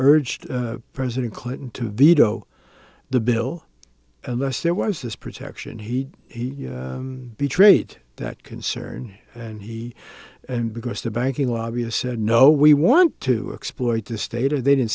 urged president clinton to veto the bill unless there was this protection he he betrayed that concern and he and because the banking lobby a said no we want to exploit the state or they didn't